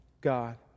God